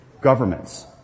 governments